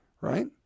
right